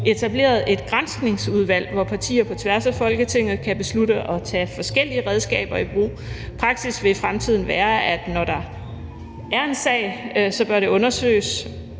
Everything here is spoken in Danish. etableret et granskningsudvalg, hvor partier på tværs af folketinget kan beslutte at tage forskellige redskaber i brug. Praksis vil i fremtiden være, at når der er en sag, bør den undersøges,